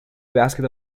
basket